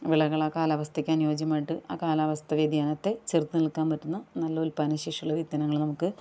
വിളകളാണ് കാലാവസ്ഥക്കനുയോജ്യമായിട്ട് ആ കാലാവസ്ഥ വ്യതിയാനത്തെ ചെറുത്ത് നിൽക്കാൻ പറ്റുന്ന നല്ല ഉൽപ്പാദനശേഷിയുള്ള വിത്തിനങ്ങള് നമുക്ക്